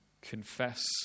confess